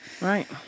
Right